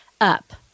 up